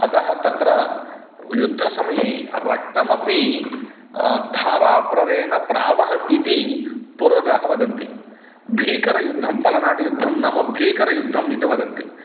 अतः तत्र युद्धसमये रक्तमपि धाराप्रवेण प्रावहत् इति पूर्वजाः वदन्ति भीकरयुद्धं पलनाटि युद्धं नाम भीकरयुद्धं इति वदन्ति